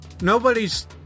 nobody's